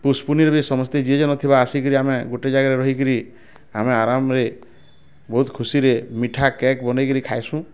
ପୁଷୁପୁନେଇଁରେ ସମସ୍ତେ ଯିଏ ଯନ ଥିବା ଆସିକିରି ଆମେ ଗୋଟେ ଜାଗାରେ ରହିକିରି ଆମେ ଆରାମରେ ବହୁତ ଖୁସିରେ ମିଠା କେକ୍ ବନେଇକିରି ଖାଇସୁଁ